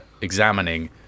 examining